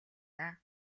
даа